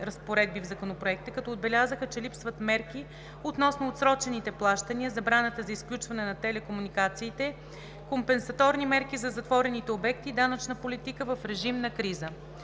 в Законопроекта, като отбелязаха, че липсват мерки относно отсрочените плащания, забраната за изключване на телекомуникациите, компенсаторни мерки за затворените обекти и данъчната политика в режим на криза.